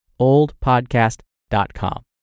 oldpodcast.com